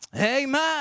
Amen